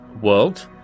world